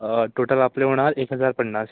अं total आपले होणार एक हजार पन्नास